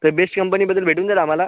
तर बेश् कंपनीबद्दल भेटून जाईल आम्हाला